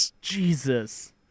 Jesus